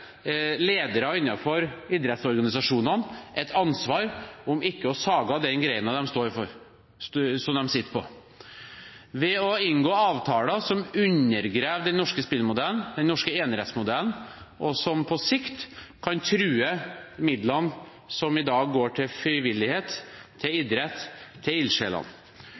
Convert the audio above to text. ledere innenfor idrettsorganisasjonene et ansvar for ikke å sage av den grenen de sitter på, ved å inngå avtaler som undergraver den norske spillmodellen, den norske enerettsmodellen, og som på sikt kan true midlene som i dag går til frivillighet, til idrett, til